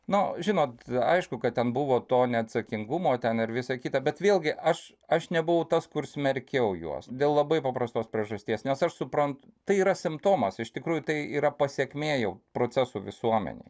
nu žinot aišku kad ten buvo to neatsakingumo ten ir visa kita bet vėlgi aš aš nebuvau tas kurs smerkiau juos dėl labai paprastos priežasties nes aš suprantu tai yra simptomas iš tikrųjų tai yra pasekmė jau procesų visuomenėj